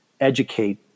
educate